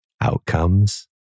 outcomes